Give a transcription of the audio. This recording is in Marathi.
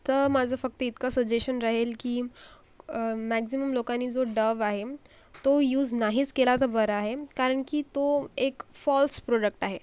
तर माझं फक्त इतकं सजेशन राहील की मॅक्झिमम लोकांनी जो डव आहे तो यूज नाहीच केला तर बरं आहे कारण की तो एक फॉल्स प्रोडक्ट आहे